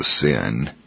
sin